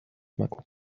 مکن